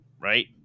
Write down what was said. right